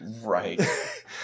Right